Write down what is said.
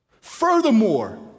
Furthermore